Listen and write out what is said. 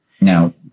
Now